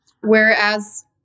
Whereas